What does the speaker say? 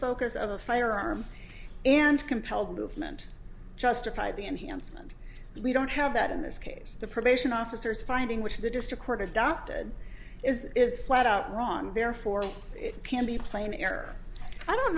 focus of the firearm and compelled movement justified the enhancement we don't have that in this case the probation officers finding which the district court adopted is is flat out wrong therefore it can be plain err i don't